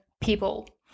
people